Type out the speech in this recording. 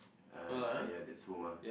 uh uh ya that's home ah